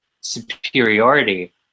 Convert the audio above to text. superiority